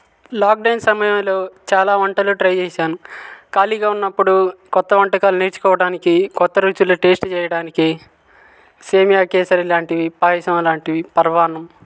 lockdown సమయంలో చాలా వంటలు ట్రై చేసాను ఖాళీగా ఉన్నప్పుడు కొత్త వంటకాలు నేర్చుకోవటానికి కొత్త రుచులు టేస్ట్ చేయడానికి సేమ్యా కేసరి లాంటి పాయసం లాంటివి పరమాన్నం